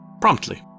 Promptly